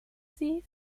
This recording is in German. sie